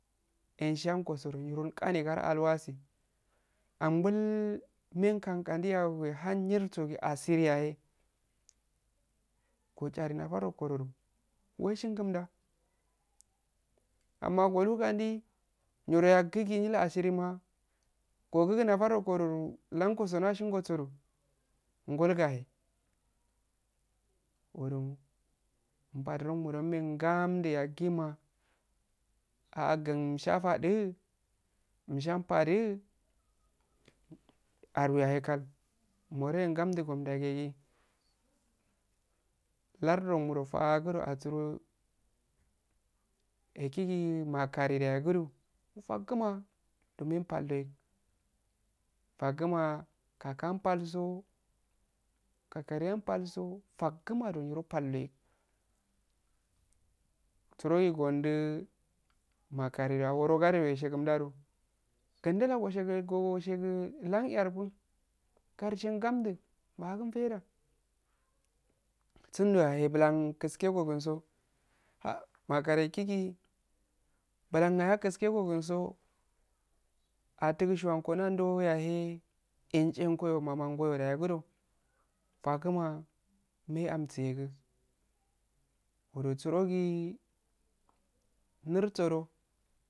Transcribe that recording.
Enshankogo niro qani sara alwatsi ambbul men kkan qah suhan misso si asiri ya hey goshari nafar nokododu weshingumda amma solu qanddi niro yaggu shi nil agiri ma gogu gunafar nokododu lonkoso nashingo so du golgahe uwru mpsdu umme ngamdu yagima ahgum umshafadu, arweyahe kal umwerehe ngamddu gomdda gi lardu ron mudoh fagudoh asuro ekigi makariye nda ehh sudu faguma doh menpslyo igu fagama kaklka anpalso kakariyen palso faguma ndo niro paldo yug tsuron ondu makariyen aworosadeyoh weshe sundadu gunduda goshe llah iyyar kun garsshe nganmddu mulhagun faidda. tsunddpo yahe bilan kuske gokunsso makariye ehgigi bulanagah kiske go kunso attungchiyongo nandoya hey etche engoyo mamangoyo da yagudo faguma mey amsu egu uwsuro tsirogi niroggodoh